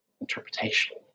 interpretation